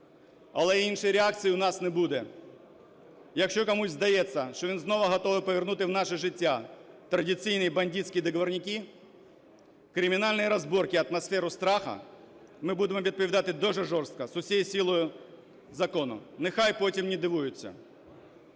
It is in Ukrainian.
Але іншої реакції в нас не буде. Якщо комусь здається, що він знову готовий повернути в наше життя традиційні бандитські договорняки, кримінальні розборки, атмосферу страху, ми будемо відповідати дуже жорстко з усією силою закону. Нехай потім не дивуються.